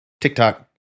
TikTok